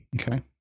Okay